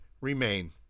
remain